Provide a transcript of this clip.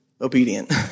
obedient